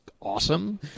awesome